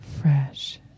fresh